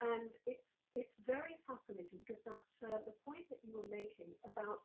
and, it's it's very fascinating because ah sort of the point that you were making about